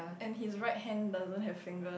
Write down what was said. and his right hand doesn't have finger